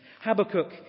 Habakkuk